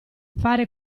fare